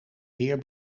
zeer